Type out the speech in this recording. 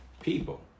people